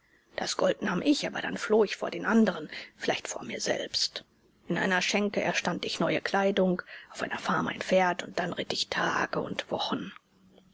das gold nahm ich aber dann floh ich vor den anderen vielleicht vor mir selbst in einer schenke erstand ich neue kleidung auf einer farm ein pferd und dann ritt ich tage und wochen